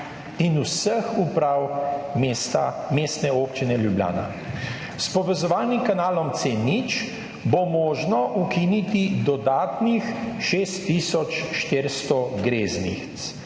in vseh uprav Mestne občine Ljubljana. S povezovalnim kanalom C0 bo možno ukiniti dodatnih 6 tisoč 400 greznic.